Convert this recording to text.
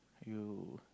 you